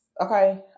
Okay